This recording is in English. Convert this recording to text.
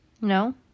No